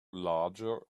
larger